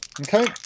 Okay